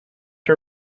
her